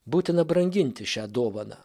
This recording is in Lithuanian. būtina branginti šią dovaną